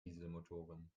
dieselmotoren